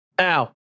Ow